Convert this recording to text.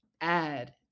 add